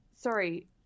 Sorry